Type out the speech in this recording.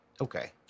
okay